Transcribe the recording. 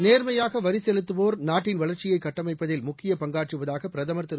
நேர்மையாக வரி செலுத்துவோர் நாட்டின் வளர்ச்சியை கட்டமைப்பதில் முக்கியப் பங்காற்றுவதாக பிரதமர் திரு